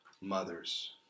mothers